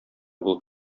булып